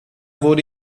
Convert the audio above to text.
wurde